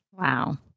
Wow